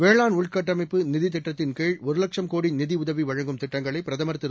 வேளாண் உள்கட்டமைப்பு நிதித் திட்டத்தின் கீழ் ஒரு லட்சம் கோடி நிதி உதவி வழங்கும் திட்டங்களை பிரதமர் திரு